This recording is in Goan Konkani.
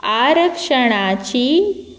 आरक्षणाची